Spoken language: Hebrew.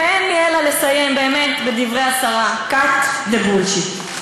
ואין לי אלא לסיים באמת בדברי השרה: cut the bullshit.